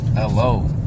Hello